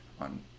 on